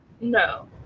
No